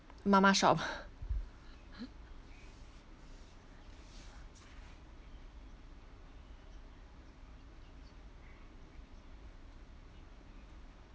mama shop